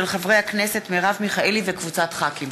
מאת חברות הכנסת תמר זנדברג וזהבה גלאון,